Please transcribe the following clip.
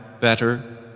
better